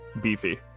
beefy